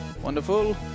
wonderful